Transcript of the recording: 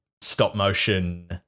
stop-motion